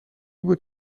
بود